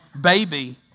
baby